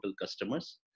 customers